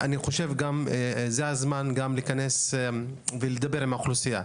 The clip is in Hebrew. זה הזמן גם להיכנס ולדבר עם האוכלוסייה.